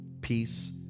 peace